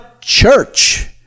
church